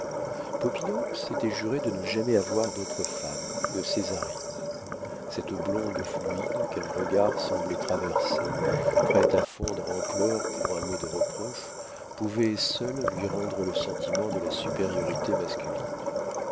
popinot s'était juré de ne jamais avoir d'autre femme que césarine cette blonde fluide qu'un regard semblait traverser prête à fondre en pleurs pour un mot de reproche pouvait seule lui rendre le sentiment de la supériorité masculine